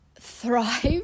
thrive